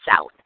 south